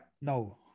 No